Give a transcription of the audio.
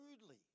rudely